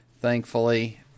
thankfully